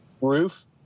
roof